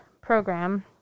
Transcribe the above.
program